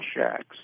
shacks